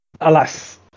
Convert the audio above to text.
Alas